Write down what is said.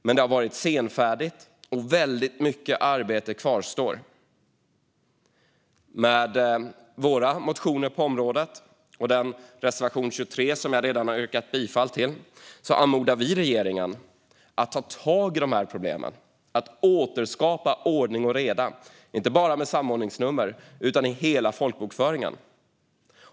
Det har dock varit senfärdigt, och mycket arbete kvarstår. Med våra motioner på området och den reservation 23 jag redan har yrkat bifall till anmodar vi regeringen att ta tag i dessa problem och återskapa ordning och reda, inte bara i samordningsnumren utan i hela folkbokföringen.